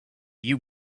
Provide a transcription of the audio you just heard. you